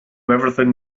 everything